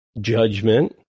judgment